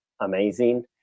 amazing